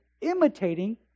imitating